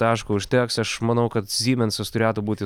taško užteks aš manau kad siemensas turėtų būti